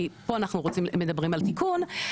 כי פה אנחנו מדברים על תיקון,